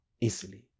easily